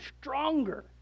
stronger